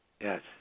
Yes